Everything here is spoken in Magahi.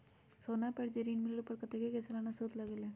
सोना पर जे ऋन मिलेलु ओपर कतेक के सालाना सुद लगेल?